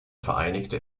vereinigte